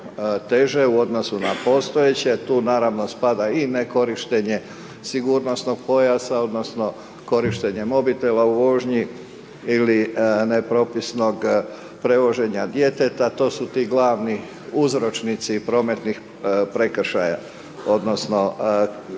u odnosu na postojeće, tu naravno, spada i nekorištenje sigurnosnog pojasa, odnosno, korištenje mobitela u vožnji, ili nepropisnog prevoženja djeteta. To su ti glavni uzročnici prometnih prekršaja, odnosno, dijela